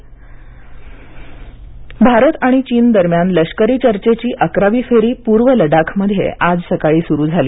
भारत आणि चीन भारत आणि चीन दरम्यान लष्करी चर्चेची अकरावी फेरी पूर्व लडाखमध्ये आज सकाळी सुरू झाली